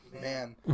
Man